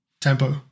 tempo